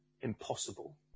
impossible